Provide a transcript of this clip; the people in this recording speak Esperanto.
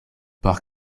por